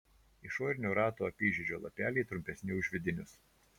išorinio rato apyžiedžio lapeliai trumpesni už vidinius